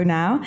now